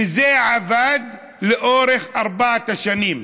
וזה עבד לאורך ארבע השנים.